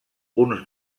uns